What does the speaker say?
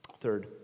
Third